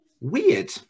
Weird